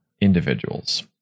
individuals